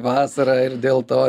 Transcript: vasarą ir dėl to